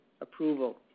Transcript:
approval